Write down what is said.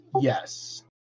Yes